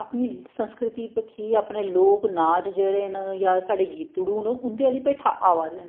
अपनी सस्कृंति बक्खी अपने लोक नाच जेह्ड़े न जां साढ़े जेह्डे गीतड़ू न उंदे आली भेठा आवै दे न